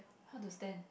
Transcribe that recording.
how to stand